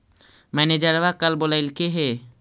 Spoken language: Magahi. मैनेजरवा कल बोलैलके है?